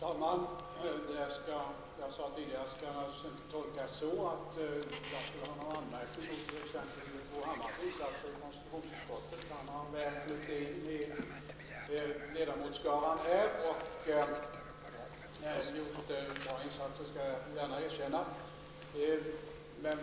Fru talman! Det som jag sade tidigare skall naturligtvis inte tolkas så att jag skulle ha någon anmärkning mot Bo Hammars insatser i KU. Han har väl flutit in i ledarmotsskaran och gjort bra insatser; det skall jag gärna erkänna.